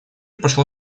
пошла